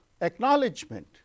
acknowledgement